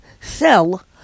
sell